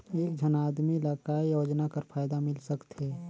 एक झन आदमी ला काय योजना कर फायदा मिल सकथे?